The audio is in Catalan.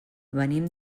venim